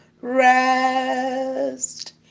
rest